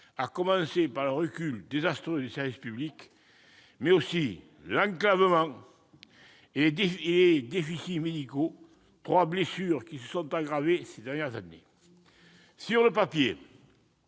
à commencer par le recul désastreux des services publics, mais aussi l'enclavement et les déficits médicaux ; ces trois blessures se sont aggravées ces dernières années. Sur le papier,